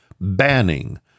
banning